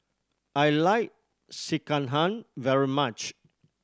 I like Sekihan very much